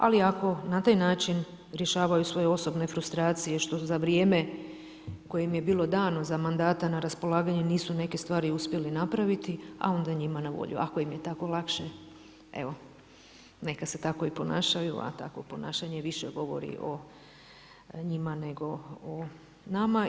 Ali ako na taj način rješavaju svoje osobne frustracije, što za vrijeme koje im je bilo dano, za mandatom na raspolaganje, nisu neke stvari uspjeli napraviti, a onda njima na volju, ako im je tako lakše, evo, neka se tako ponašaju, a takvo ponašanje više govori o njima, nego o nama.